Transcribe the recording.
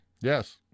Yes